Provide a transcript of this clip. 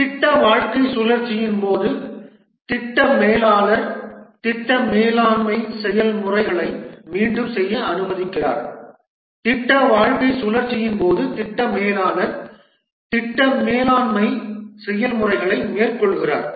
திட்ட வாழ்க்கைச் சுழற்சியின் போது திட்ட மேலாளர் திட்ட மேலாண்மை செயல்முறைகளை மீண்டும் செய்ய அனுமதிக்கிறார் திட்ட வாழ்க்கைச் சுழற்சியின் போது திட்ட மேலாளர் திட்ட மேலாண்மை செயல்முறைகளை மேற்கொள்கிறார்